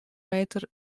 meter